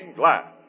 glass